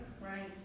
Right